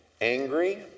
angry